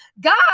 God